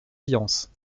viance